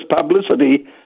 publicity